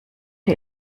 die